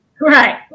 right